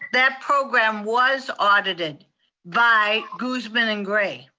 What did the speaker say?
that program was audited by guzman and gray.